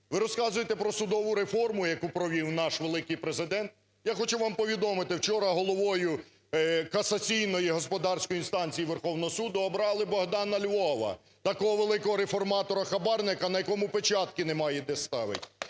Ви розказуєте про судову реформу, яку провів наш великий Президент? Я хочу вам повідомити, вчора головою касаційної господарської інстанції Верховного Суду обрали Богдана Львова, такого великого реформатора-хабарника, на якому печатки немає де ставити.